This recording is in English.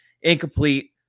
Incomplete